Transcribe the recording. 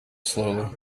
slowly